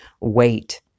wait